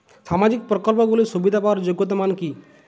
সামাজিক প্রকল্পগুলি সুবিধা পাওয়ার যোগ্যতা মান কি?